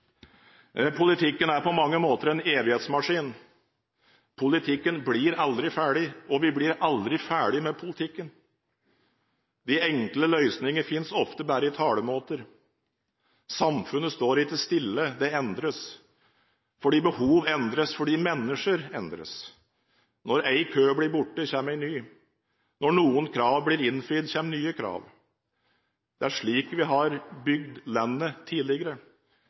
Politikken er på mange måter en «evighetsmaskin». Politikken blir aldri ferdig, og vi blir aldri ferdig med politikken. De enkle løsningene finnes ofte bare i talemåter. Samfunnet står ikke stille – det endres fordi behov endres, og fordi mennesker endres. Når en kø blir borte, kommer en ny. Når noen krav blir innfridd, kommer nye krav. Det er slik vi har bygd landet tidligere.